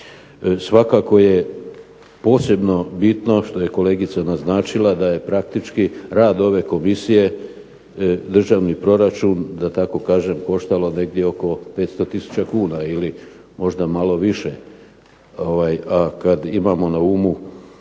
Svakako je posebno bitno što je kolegica naznačila da je praktički rad ove komisije državni proračun koštalo negdje oko 500 tisuća kuna ili možda malo više, a kad imamo na umu